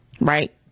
right